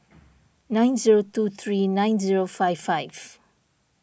nine zero two three nine zero five five